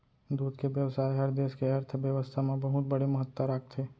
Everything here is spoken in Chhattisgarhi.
दूद के बेवसाय हर देस के अर्थबेवस्था म बहुत बड़े महत्ता राखथे